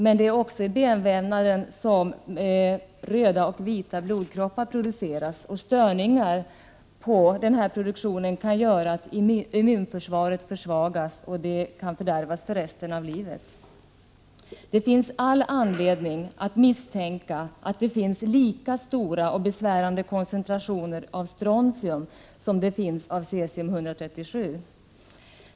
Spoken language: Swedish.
Men det är också i benvävnaden som röda och vita blodkroppar produceras, och störningar i den produktionen kan göra att immunförsvaret försvagas och kan fördärvas för resten av livet. Det finns all anledning att misstänka att det finns lika stora och besvärande koncentrationer av strontium som av cesium 137.